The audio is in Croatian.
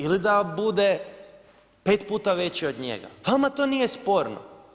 Ili da bude 5 puta veći od njega, vama to nije sporno.